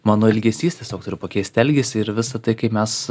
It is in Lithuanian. mano elgesys tiesiog turiu pakeist elgesį ir visa tai kai mes